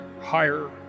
higher